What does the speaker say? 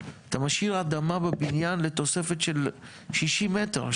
אתה משאיר אדמה בבניין לתוספת של 60 מטר.